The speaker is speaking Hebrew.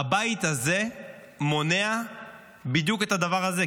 הבית הזה מונע בדיוק את הדבר הזה,